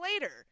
later